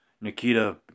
Nikita